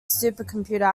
supercomputer